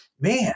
man